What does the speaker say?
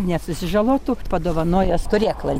nesusižalotų padovanojęs turėklą